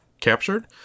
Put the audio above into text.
captured